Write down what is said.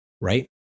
right